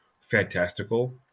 fantastical